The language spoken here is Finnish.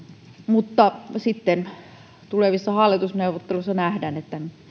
mutta tulevissa hallitusneuvotteluissa nähdään